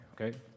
Okay